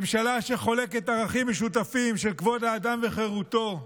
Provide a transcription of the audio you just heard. ממשלה שחולקת ערכים משותפים של כבוד האדם וחירותו,